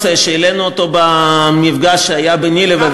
זה הנושא שהעלינו במפגש שהיה ביני לבין,